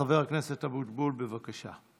חבר הכנסת אבוטבול, בבקשה.